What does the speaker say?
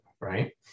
right